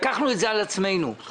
אני לוקח את הדברים שלך